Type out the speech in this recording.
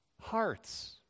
hearts